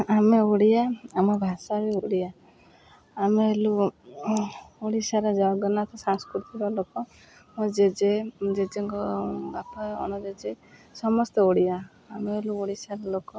ଆମେ ଓଡ଼ିଆ ଆମ ଭାଷା ବି ଓଡ଼ିଆ ଆମେ ହେଲୁ ଓଡ଼ିଶାର ଜଗନ୍ନାଥ ସାଂସ୍କୃତିକ ଲୋକ ମୋ ଜେଜେ ଜେଜେଙ୍କ ବାପା ଅଣଜେଜେ ସମସ୍ତେ ଓଡ଼ିଆ ଆମେ ହେଲୁ ଓଡ଼ିଶାର ଲୋକ